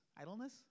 idleness